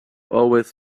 always